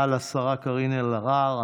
תודה לשרה קארין אלהרר.